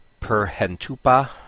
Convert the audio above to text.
Perhentupa